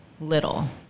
little